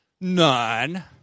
None